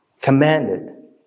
commanded